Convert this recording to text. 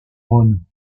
rhône